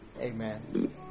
amen